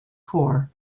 cor